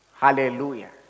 Hallelujah